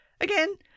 again